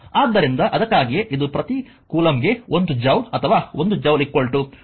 ಆದ್ದರಿಂದ ಅದಕ್ಕಾಗಿಯೇ ಇದು ಪ್ರತಿ ಕೂಲಂಬ್ಗೆ 1 ಜೌಲ್ ಅಥವಾ 1 ಜೌಲ್ 1 ನ್ಯೂಟನ್ ಮೀಟರ್